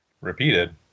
Repeated